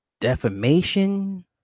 defamation